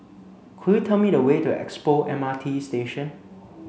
could you tell me the way to Expo M R T Station